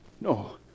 No